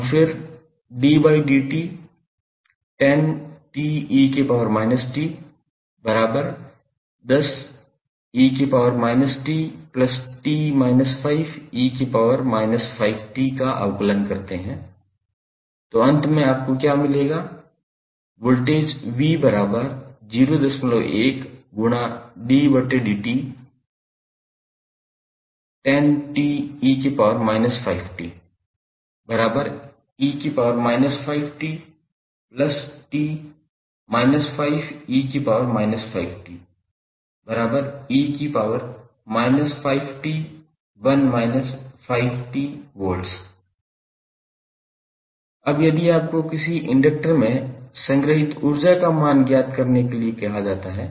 हम फिर 𝑑𝑑𝑡10𝑡𝑒−5𝑡10𝑒−5𝑡𝑡−5𝑒−5𝑡 का अवकलन करते हैं तो अंत में आपको क्या मिलेगा वोल्टेज 𝑣01∗𝑑𝑑𝑡10𝑡𝑒−5𝑡 𝑒−5𝑡𝑡−5𝑒−5𝑡 𝑒−5𝑡1−5𝑡 V अब यदि आपको किसी इंडक्टर में संग्रहीत ऊर्जा का मान ज्ञात करने के लिए कहा जाता है